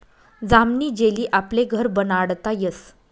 जामनी जेली आपले घर बनाडता यस